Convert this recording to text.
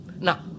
Now